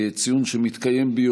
במסגרת הצעות לסדר-היום מס' 369,